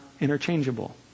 interchangeable